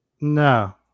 No